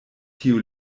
tiu